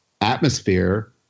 atmosphere